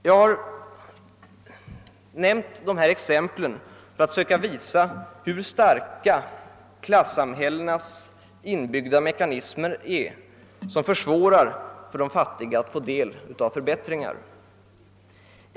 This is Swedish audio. Jag har nämnt dessa exempel för att visa hur starka klassamhällenas inbyggda mekanismer är som försvårar för de fattiga att få del av förbättringarna.